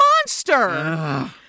monster